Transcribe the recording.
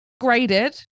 graded